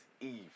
Eve